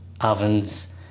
ovens